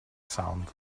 sound